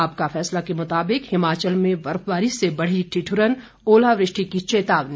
आपका फैसला के मुताबिक हिमाचल में बर्फबारी से बढ़ी ठिठुरन ओलावृष्टि की चेतावनी